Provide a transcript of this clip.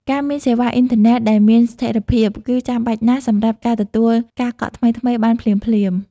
ការមានសេវាអ៊ីនធឺណិតដែលមានស្ថិរភាពគឺចាំបាច់ណាស់សម្រាប់ការទទួលការកក់ថ្មីៗបានភ្លាមៗ។